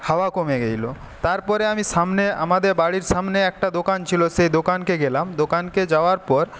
হাওয়া কমে গেছিলো তারপরে আমি সামনে আমাদের বাড়ির সামনে একটা দোকান ছিল সে দোকানকে গেলাম দোকানকে যাওয়ার পর